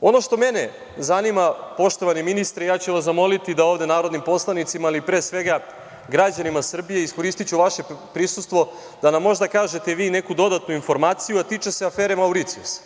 Ono što mene zanima, poštovani ministre, ja ću vas zamoliti da ovde narodnim poslanicima, ali pre svega građanima Srbije, iskoristiću vaše prisustvo, da nam možda kažete vi neku dodatnu informaciju, a tiče se afere Mauricijus.